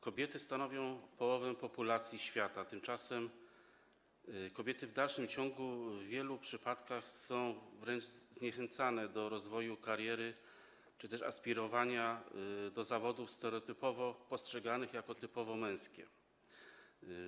Kobiety stanowią połowę populacji świata, tymczasem kobiety w dalszym ciągu w wielu przypadkach są wręcz zniechęcane do rozwoju kariery czy też aspirowania do zawodów stereotypowo postrzeganych jako typowo męskie.